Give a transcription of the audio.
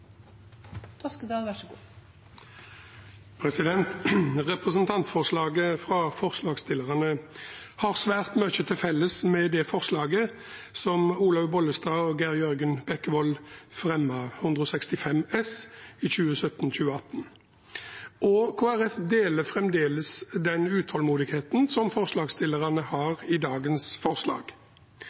Representantforslaget fra forslagsstillerne har svært mye til felles med det forslaget som Olaug V. Bollestad og Geir Jørgen Bekkevold fremmet, Dokument 8:165 S for 2017-2018. Kristelig Folkeparti deler fremdeles den utålmodigheten som forslagsstillerne har i dagens forslag.